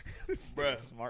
smart